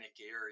area